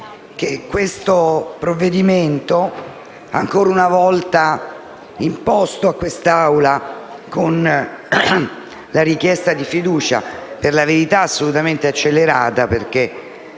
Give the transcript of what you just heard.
esame viene ancora una volta imposto a quest'Aula con una richiesta di fiducia per la verità assolutamente accelerata, essendo